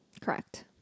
Correct